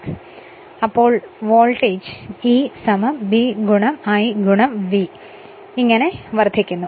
ആയതിനാൽ voltage EBIV വർധിക്കുന്നു